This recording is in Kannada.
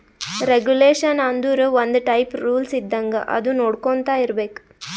ರೆಗುಲೇಷನ್ ಆಂದುರ್ ಒಂದ್ ಟೈಪ್ ರೂಲ್ಸ್ ಇದ್ದಂಗ ಅದು ನೊಡ್ಕೊಂತಾ ಇರ್ಬೇಕ್